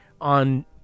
on